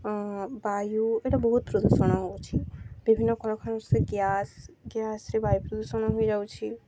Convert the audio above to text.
ବାୟୁ ଏଇଟା ବହୁତ ପ୍ରଦୂଷଣ ହେଉଛି ବିଭିନ୍ନ କଳକାରଖାନା ସେ ଗ୍ୟାସ୍ ଗ୍ୟାସ୍ରେ ବାୟୁ ପ୍ରଦୂଷଣ ହୋଇଯାଉଛି